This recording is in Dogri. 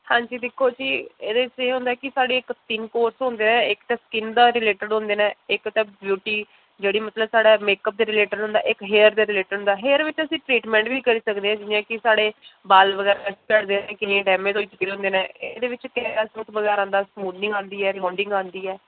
हंजी दिक्खो जी एह्दे च एह् हुंदा कि साढ़े तिन्न कोर्स हुंदे ऐ एक ते स्किन दे रिलेटड़ हुंदे न एक ते ब्यूटी जेह्ड़ी मतलब कि साढ़े मेकप दे रिलेटड़ हुंदा इक हेयर दे रिलेटड़ हुंदा हेयर च अस ट्रीटमैंट बी करी सकदे जि'यां कि साढ़े बाल बगैरा बी झड़दे डैमेज होई जदें न एह्दे बिच केह् ऐ स्मूदनिंग आंदी ऐ रिबाॅडिंग आंदी ऐ